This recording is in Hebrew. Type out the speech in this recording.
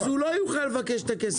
אז הוא לא יוכל לבקש את הכסף.